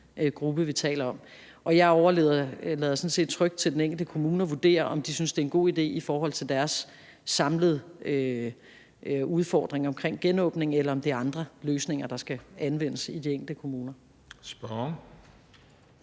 gruppe, vi taler om. Jeg overlader det sådan set trygt til den enkelte kommune at vurdere, om de synes, det er en god idé i forhold til deres samlede udfordringer omkring genåbning, eller om det er andre løsninger, der skal anvendes i de enkelte kommuner.